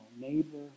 neighbor